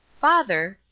father,